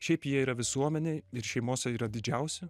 šiaip jie yra visuomenėj ir šeimose yra didžiausi